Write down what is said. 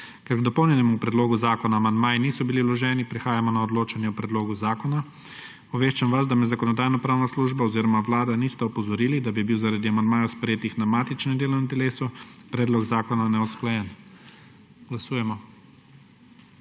Ker k dopolnjenemu predlogu zakona amandmaji niso bili vloženi, prehajamo na odločanje o predlogu zakona. Obveščam vas, da me Zakonodajno-pravna služba oziroma Vlada nista opozorili, da bi bil zaradi amandmajev, sprejetih na matičnem delovnem telesu, predlog zakona neusklajen. Glasujemo.